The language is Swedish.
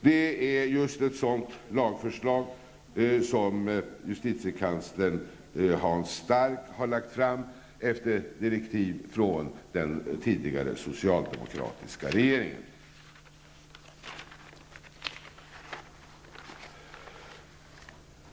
Det är just ett sådant lagförslag som justitiekanslern Hans Stark har lagt fram efter direktiv från den tidigare socialdemokratiska regeringen.